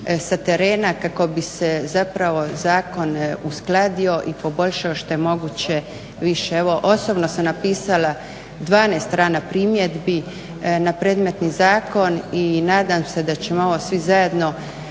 sa terena kako bi se zapravo zakon uskladio i poboljšao što je moguće više. Evo osobno sam napisala 12 strana primjedbi na predmetni zakon i nadam se da ćemo ovo svi zajedno